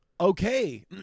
okay